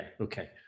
Okay